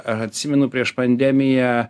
atsimenu prieš pandemiją